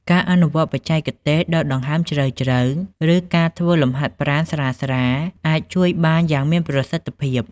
ការអនុវត្តបច្ចេកទេសដកដង្ហើមជ្រៅៗ ឬការធ្វើលំហាត់ប្រាណស្រាលៗអាចជួយបានយ៉ាងមានប្រសិទ្ធភាព។